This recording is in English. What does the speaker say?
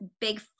big